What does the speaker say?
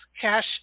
cash